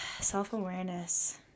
self-awareness